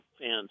fans